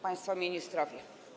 Państwo Ministrowie!